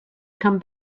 come